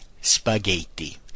SPAGHETTI